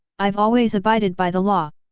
i've always abided by the law.